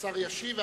השר ישיב.